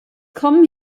kommen